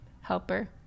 helper